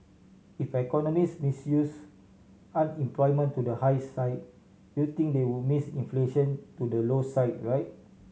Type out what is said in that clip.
if economist missed use unemployment to the high side you'd think they would miss inflation to the low side right